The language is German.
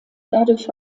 dadurch